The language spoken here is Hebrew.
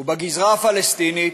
ובגזרה הפלסטינית?